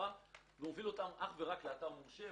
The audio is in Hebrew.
הוא מוביל אותו אך ורק לאתר מורשה,